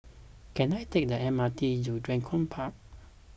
can I take the M R T to Draycott Park